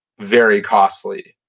very costly.